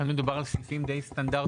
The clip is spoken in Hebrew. כאן מדובר על סעיפים די סטנדרטיים,